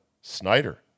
Snyder